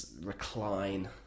recline